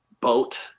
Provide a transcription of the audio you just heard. boat